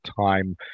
time